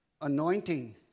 anointing